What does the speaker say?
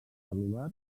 cel·lular